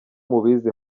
mubizi